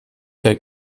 der